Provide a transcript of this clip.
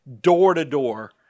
door-to-door